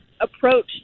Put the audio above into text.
approach